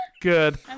good